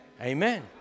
Amen